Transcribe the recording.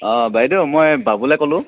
বাইদ' মই বাবুলে ক'লোঁ